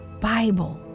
Bible